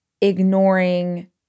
ignoring